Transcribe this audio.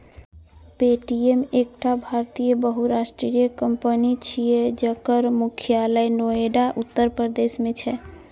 Paytm एकटा भारतीय बहुराष्ट्रीय कंपनी छियै, जकर मुख्यालय नोएडा, उत्तर प्रदेश मे छै